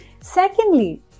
secondly